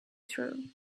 through